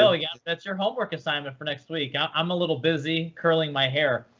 so yeah that's your homework assignment for next week. yeah i'm a little busy curling my hair.